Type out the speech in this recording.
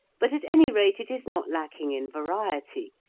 but at any rate it is not lacking in variety,